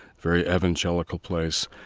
very evangelical place.